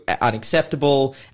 unacceptable